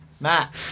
Matt